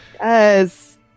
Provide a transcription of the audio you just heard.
Yes